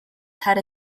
had